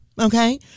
Okay